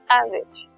average